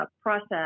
process